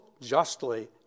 justly